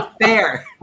Fair